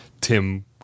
Tim